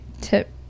tip